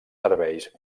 serveis